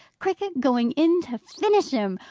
cricket going in to finish him.